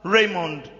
Raymond